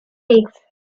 weeks